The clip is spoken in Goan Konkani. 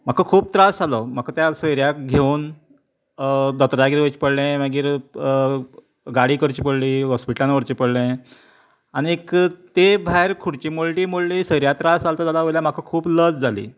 म्हाका खूब त्रास जालो म्हाका त्या सोयऱ्याक घेवन दोतोरागेर वयचें पडलें मागीर गाडी करची पडली हॉस्पिटलांत व्हरचें पडलें आनीक तें भायर खुर्ची मोडली मोडली सोयऱ्याक त्रास जालो तो जालो वयल्यान म्हाका खूब लज जाली